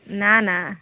ନା ନା